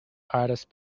hardest